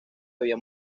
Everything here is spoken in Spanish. había